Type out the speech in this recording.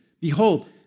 Behold